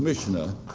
commissioner.